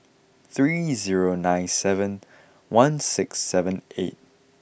three zero nine seven one six seven eight